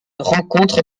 rencontre